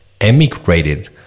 emigrated